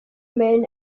men